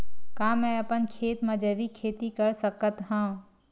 का मैं अपन खेत म जैविक खेती कर सकत हंव?